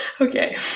Okay